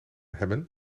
hebben